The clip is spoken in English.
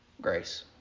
Grace